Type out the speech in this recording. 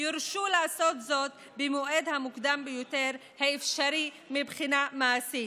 יורשו לעשות זאת במועד המוקדם ביותר האפשרי מבחינה מעשית.